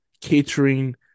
catering